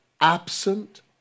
absent